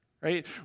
right